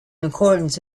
accordance